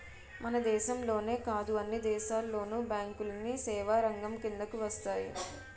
మన దేశంలోనే కాదు అన్ని దేశాల్లోను బ్యాంకులన్నీ సేవారంగం కిందకు వస్తాయి